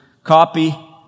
copy